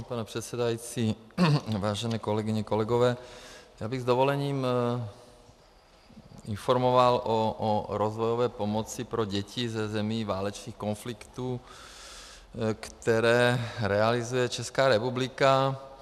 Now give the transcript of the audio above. Vážený pane předsedající, vážené kolegyně, kolegové, já bych s dovolením informoval o rozvojové pomoci pro děti ze zemí válečných konfliktů, kterou realizuje Česká republika.